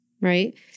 right